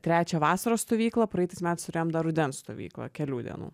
trečią vasaros stovyklą praeitais metais turėjom dar rudens stovyklą kelių dienų